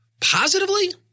Positively